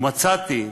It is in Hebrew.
מצאתי